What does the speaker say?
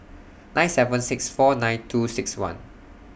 nine seven six four nine two six one